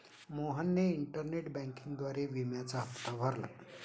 मोहनने इंटरनेट बँकिंगद्वारे विम्याचा हप्ता भरला